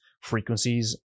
frequencies